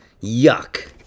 Yuck